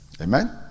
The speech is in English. Amen